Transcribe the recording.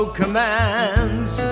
commands